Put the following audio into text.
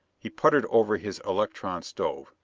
he puttered over his electron-stove,